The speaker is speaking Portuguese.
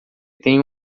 tenho